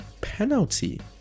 Penalty